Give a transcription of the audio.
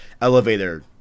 elevator